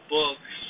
books